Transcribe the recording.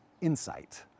insight